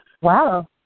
Wow